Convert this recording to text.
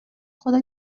خدا